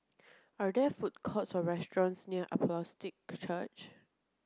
are there food courts or restaurants near Apostolic Church